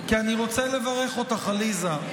כי אני רוצה לברך אותך, עליזה.